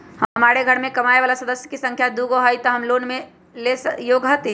हमार घर मैं कमाए वाला सदस्य की संख्या दुगो हाई त हम लोन लेने में योग्य हती?